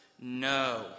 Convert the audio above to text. No